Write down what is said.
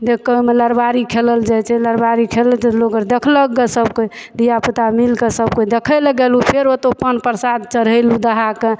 देख कऽ ओइमे लरबारी खेलल जाइ छै लरबारी खेलय छै तऽ लोक अर देखलक गऽ सब कोइ धियापुता मिलकऽ सबकोइ देखय लए गेलहुँ फेर ओतय पान प्रसाद चढ़य लहुँ दाहाके